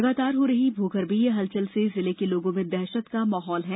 लगातार हो रही भूगर्भीय हलचल से जिले के लोगों में दशहत का माहौल है